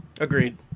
Agreed